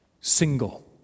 single